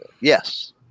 yes